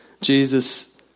Jesus